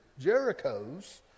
Jerichos